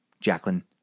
Jacqueline